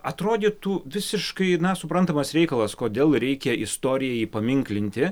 atrodytų visiškai suprantamas reikalas kodėl reikia istoriją įpaminklinti